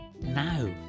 Now